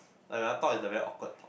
like when I talk is like very awkward